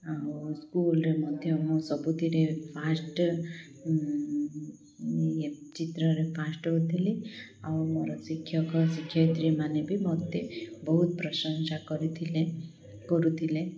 ଆଉ ସ୍କୁଲରେ ମଧ୍ୟ ମୁଁ ସବୁଥିରେ ଫାଷ୍ଟ ଚିତ୍ରରେ ଫାଷ୍ଟ ହଉଥିଲି ଆଉ ମୋର ଶିକ୍ଷକ ଶିକ୍ଷୟତ୍ରୀ ମାନେ ବି ମୋତେ ବହୁତ ପ୍ରଶଂସା କରିଥିଲେ କରୁଥିଲେ